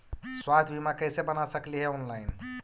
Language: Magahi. स्वास्थ्य बीमा कैसे बना सकली हे ऑनलाइन?